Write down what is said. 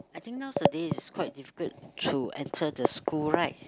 I think nowadays is quite difficult to enter the school right